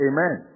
Amen